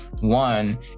one